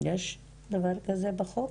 יש דבר כזה בחוק?